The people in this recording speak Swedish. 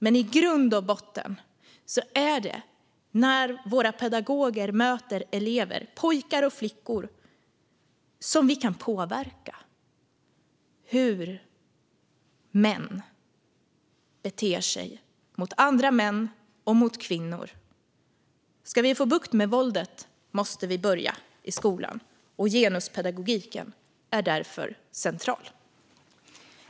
Men i grund och botten är det när våra pedagoger möter elever - pojkar och flickor - som vi kan påverka hur män beter sig mot andra män och mot kvinnor. Ska vi få bukt med våldet måste vi börja i skolan. Genuspedagogiken är därför central.